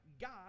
God